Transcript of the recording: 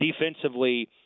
defensively